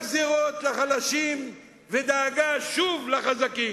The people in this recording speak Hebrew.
רק גזירות לחלשים ודאגה שוב לחזקים.